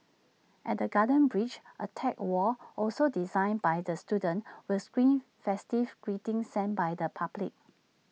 at the garden bridge A tech wall also designed by the students will screen festive greetings sent by the public